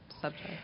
subject